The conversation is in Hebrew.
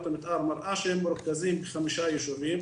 המתאר מראה שהם מרוכזים בחמישה יישובים.